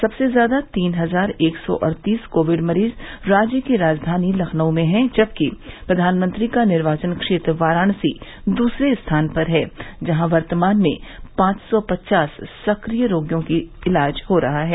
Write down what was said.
सबसे ज्यादा तीन हजार एक सौ अड़तीस कोविड मरीज राज्य की राजधानी लखनऊ में हैं जबकि प्रधानमंत्री का निर्वाचन क्षेत्र वाराणसी दूसरे स्थान पर है जहाँ वर्तमान में पांच सौ पचास सक्रिय रोगियों का इलाज हो रहा है